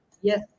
Yes